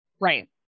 Right